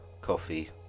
Coffee